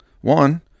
one